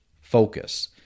focus